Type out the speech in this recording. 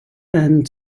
and